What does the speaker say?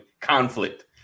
conflict